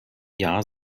jahr